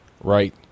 Right